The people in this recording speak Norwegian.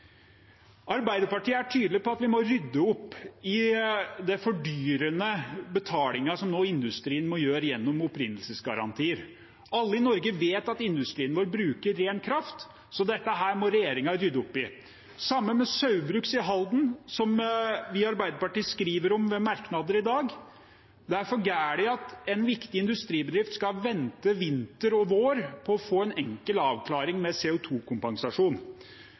Arbeiderpartiet er tydelig på at vi må rydde opp i den fordyrende betalingen som industrien må gjøre gjennom opprinnelsesgarantier. Alle i Norge vet at industrien vår bruker ren kraft, så dette må regjeringen rydde opp i. Det samme gjelder Saugbrugs i Halden, som vi i Arbeiderpartiet skriver om i merknadene i dag. Det er for galt at en viktig industribedrift skal vente vinter og vår på å få en enkel avklaring